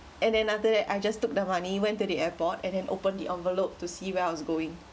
and then after that I just took the money went to the airport and then open the envelope to see where I was going